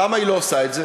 למה היא לא עושה את זה?